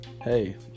Hey